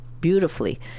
beautifully